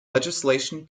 legislation